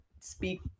speak